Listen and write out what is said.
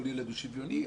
כל ילד הוא שוויוני,